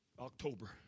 October